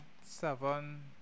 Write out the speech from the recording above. seven